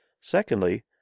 Secondly